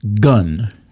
gun